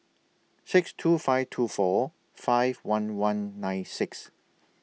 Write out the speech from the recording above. six two five two four five one one nine six